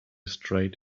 straight